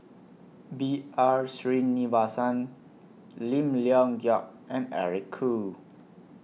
B R Sreenivasan Lim Leong Geok and Eric Khoo